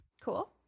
cool